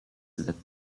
that